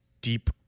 deep